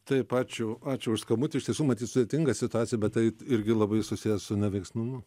taip ačiū ačiū už skambutį iš tiesų matyt sudėtinga situacija bet tai irgi labai susiję su neveiksnumu